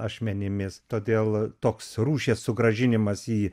ašmenimis todėl toks rūšies sugrąžinimas į